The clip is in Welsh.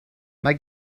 mae